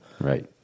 Right